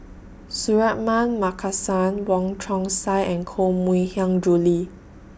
Suratman Markasan Wong Chong Sai and Koh Mui Hiang Julie